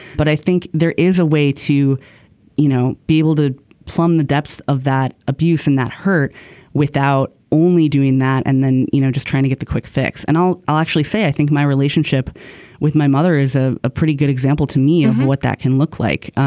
but i think there is a way to you know be able to plumb the depths of that abuse and that hurt without only doing that. and then you know just trying to get the quick fix and i'll i'll actually say i think my relationship with my mother is ah a pretty good example to me of what that can look like.